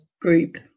group